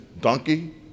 donkey